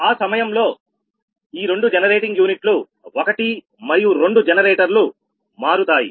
ఆ సమయంలో లో ఈ రెండు జనరేటింగ్ యూనిట్లు 1 మరియు 2 జనరేటర్లు మారుతాయి